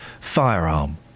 firearm